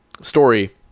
story